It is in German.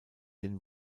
den